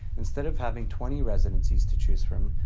instead of having twenty residencies to choose from,